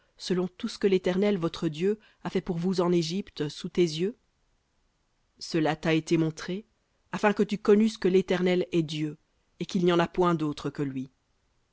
selon tout ce que l'éternel votre dieu a fait pour vous en égypte sous tes yeux cela t'a été montré afin que tu connusses que l'éternel est dieu et qu'il n'y en a point d'autre que lui